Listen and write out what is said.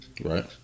Right